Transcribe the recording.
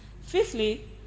Fifthly